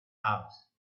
house